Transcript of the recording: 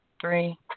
Three